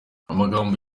amagambo